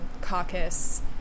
caucus